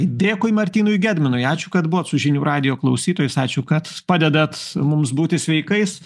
dėkui martynui gedminui ačiū kad buvot su žinių radijo klausytojais ačiū kad padedat mums būti sveikais